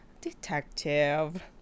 detective